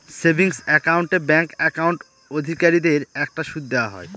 savings account এ bank account অধিকারীদের একটা সুদ দেওয়া হয়